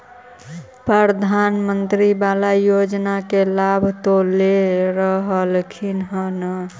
प्रधानमंत्री बाला योजना के लाभ तो ले रहल्खिन ह न?